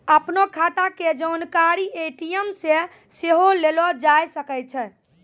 अपनो खाता के जानकारी ए.टी.एम से सेहो लेलो जाय सकै छै